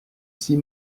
six